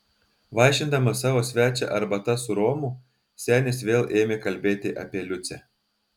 vaišindamas savo svečią arbata su romu senis vėl ėmė kalbėti apie liucę